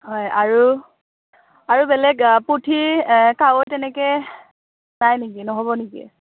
হয় আৰু আৰু বেলেগ পুঠি কাৱৈ তেনেকৈ পাই নেকি নহ'ব নেকি